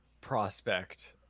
prospect